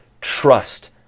Trust